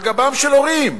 על גבם של הורים,